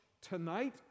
tonight